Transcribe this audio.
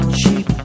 cheap